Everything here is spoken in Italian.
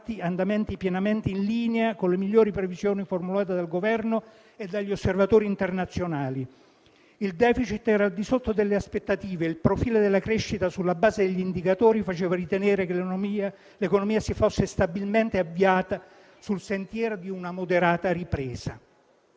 andamenti pienamente in linea con le migliori previsioni formulate dal Governo e dagli osservatori internazionali. Il *deficit* era al di sotto delle aspettative, il profilo della crescita sulla base di indicatori faceva ritenere che l'economia si fosse stabilmente avviata sul sentiero di una moderata ripresa.